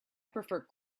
prefer